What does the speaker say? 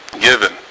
given